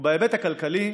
בהיבט הכלכלי,